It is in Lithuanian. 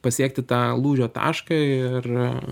pasiekti tą lūžio tašką ir